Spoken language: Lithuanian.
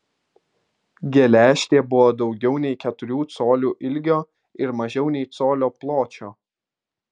geležtė buvo daugiau nei keturių colių ilgio ir mažiau nei colio pločio